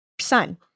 son